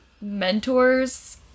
mentors